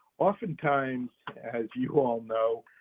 often times, as you all know,